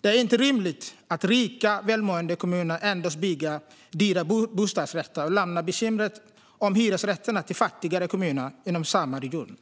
Det är inte rimligt att rika, välmående kommuner endast bygger dyra bostadsrätter och lämnar bekymret med hyresrätter till fattigare kommuner inom samma region.